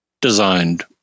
designed